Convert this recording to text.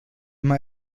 mal